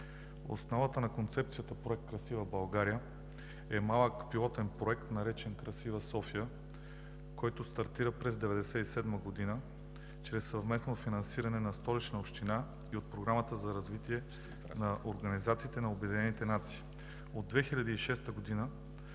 Основата на концепцията на проект „Красива България“ е малък пилотен проект, наречен „Красива София“, който стартира през 1997 г. чрез съвместно финансиране на Столична община и от Програмата за развитие на Организацията на